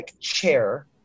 chair